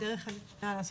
עת